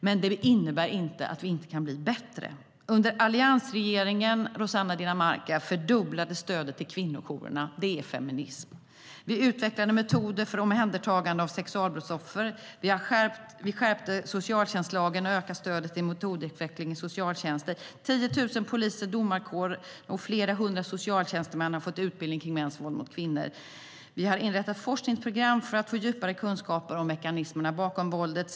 Men det innebär inte att vi inte kan bli bättre. Under alliansregeringens tid, Rossana Dinamarca, fördubblades stödet till kvinnojourerna - det är feminism. Vi utvecklade metoder för omhändertagande av sexualbrottsoffer. Vi skärpte socialtjänstlagen och ökade stödet till metodutveckling i socialtjänsten. 10 000 poliser, domarkåren och flera hundra socialtjänstemän har fått utbildning om mäns våld mot kvinnor. Vi har inrättat forskningsprogram för att få djupare kunskaper om mekanismerna bakom våldet.